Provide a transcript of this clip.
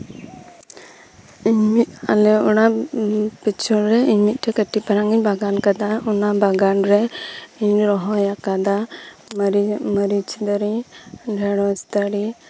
ᱤᱧ ᱢᱤᱫ ᱟᱞᱮ ᱚᱲᱟᱜ ᱯᱤᱪᱷᱚᱱ ᱨᱮ ᱤᱧ ᱢᱤᱫ ᱴᱮᱱ ᱠᱟᱹᱴᱤᱡ ᱢᱟᱨᱟᱝ ᱤᱧ ᱵᱟᱜᱟᱱ ᱟᱠᱟᱫᱟ ᱚᱱᱟ ᱵᱟᱜᱟᱱ ᱨᱤᱧ ᱨᱚᱦᱚᱭ ᱟᱠᱟᱫᱟ ᱢᱟᱨᱤᱪ ᱢᱟᱹᱨᱤᱪ ᱫᱟᱨᱮ ᱰᱷᱮᱸᱲᱚᱥ ᱫᱟᱨᱮ